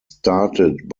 started